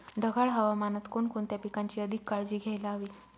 ढगाळ हवामानात कोणकोणत्या पिकांची अधिक काळजी घ्यायला हवी?